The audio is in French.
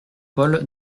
paul